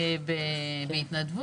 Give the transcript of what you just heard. תן לו לסיים לקרוא.